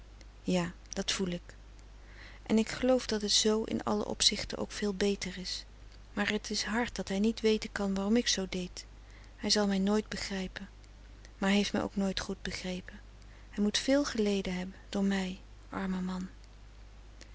ja dat voel ik en ik geloof dat het z in alle opzichten ook veel beter is maar het is hard dat hij niet weten kan waarom ik zoo deed hij zal mij nooit begrijpen maar hij heeft mij ook nooit goed begrepen hij moet veel geleden hebben door mij arme man